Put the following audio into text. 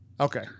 Okay